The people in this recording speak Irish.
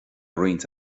roinnt